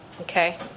okay